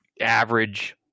average